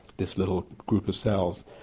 this little group of cells,